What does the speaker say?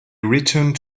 returned